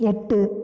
எட்டு